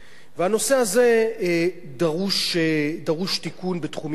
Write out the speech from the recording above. ולנושא הזה דרוש תיקון בתחומים רבים.